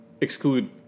exclude